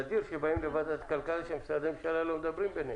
נדיר שבאים לוועדת הכלכלה כשמשרדי הממשלה לא מדברים ביניהם.